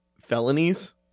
felonies